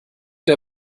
der